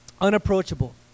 unapproachable